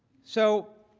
so,